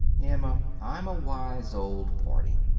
emma, i'm a wise old party,